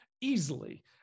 easily